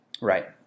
Right